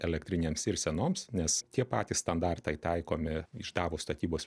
elektrinėms ir senoms nes tie patys standartai taikomi išdavus statybos